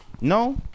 no